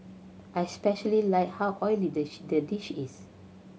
I especially like how oily the dish is